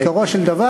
בעיקרו של דבר,